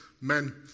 men